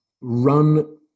run